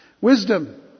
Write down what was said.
Wisdom